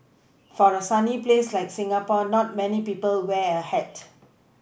for a sunny place like Singapore not many people wear a hat